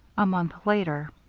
a month later